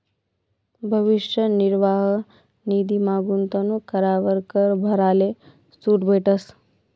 भविष्य निर्वाह निधीमा गूंतवणूक करावर कर भराले सूट भेटस